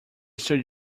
stood